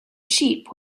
sheep